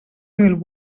mil